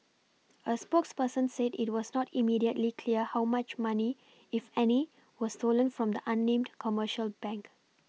a spokesperson said it was not immediately clear how much money if any was stolen from the unnamed commercial bank